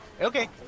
okay